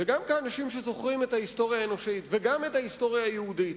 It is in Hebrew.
גם כאנשים שזוכרים את ההיסטוריה האנושית וגם את ההיסטוריה היהודית,